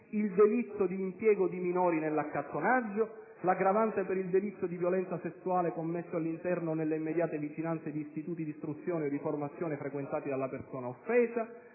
il delitto di impiego di minori nell'accattonaggio; l'aggravante per il delitto di violenza sessuale commesso all'interno o nelle immediate vicinanze di istituti d'istruzione o di formazione frequentati dalla persona offesa;